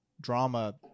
drama